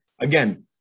again